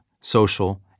social